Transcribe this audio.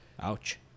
Ouch